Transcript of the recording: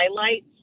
highlights